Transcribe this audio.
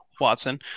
Watson